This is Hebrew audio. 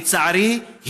לצערי,